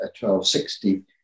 1260